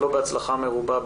לא בהצלחה מרובה,